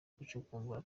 gucukumbura